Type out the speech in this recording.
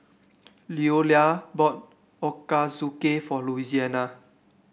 Leola bought Ochazuke for Louisiana